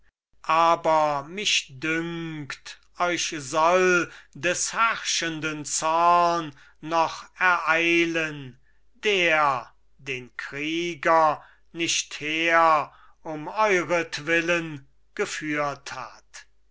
aber mich dünkt euch soll des herrschenden zorn noch ereilen der den krieger nicht her um euretwillen geführt hat